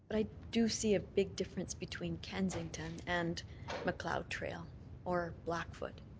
i do see a big difference between kensington and macleod trail or blackfoot.